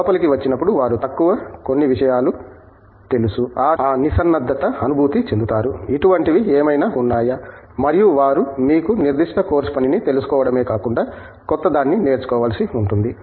లోపలికి వచ్చినప్పుడు వారు తక్కువ కొన్ని విషయాలు తెలుసు అ నిసన్నద్ధత అనుభూతి చెందుతారు ఇటువంటివి ఏమైనా ఉన్నాయా మరియు వారు మీకు నిర్దిష్ట కోర్సు పనిని తెలుసుకోవడమే కాకుండా క్రొత్తదాన్ని నేర్చుకోవాల్సి ఉంటుంది